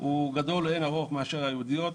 הוא גדול לאין ערוך מאשר היהודיות.